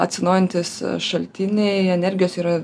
atsinaujinantys šaltiniai energijos yra